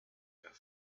her